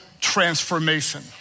transformation